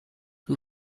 who